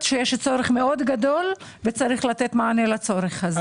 שיש צורך גדול מאוד וצריך לתת מענה לצורך הזה.